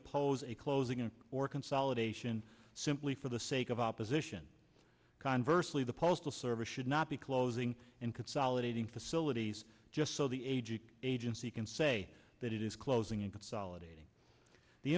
oppose a closing of or consolidation simply for the sake of opposition conversely the postal service should not be closing in consolidating facilities just so the aging agency can say that it is closing in consolidating the